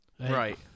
Right